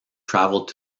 traveled